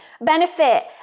benefit